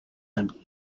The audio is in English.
him